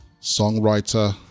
songwriter